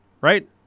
Right